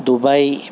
Dubai